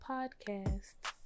Podcasts